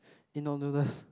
Indo noodles